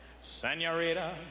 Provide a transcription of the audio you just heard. senorita